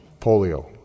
polio